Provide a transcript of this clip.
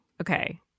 Okay